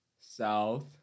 south